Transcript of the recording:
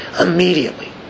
Immediately